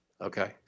Okay